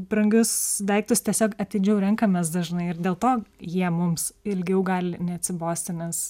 brangius daiktus tiesiog atidžiau renkamės dažnai ir dėl to jie mums ilgiau gali neatsibosti nes